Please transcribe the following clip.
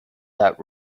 that